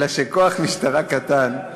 אלא שכוח משטרה קטן, שמאל.